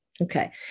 okay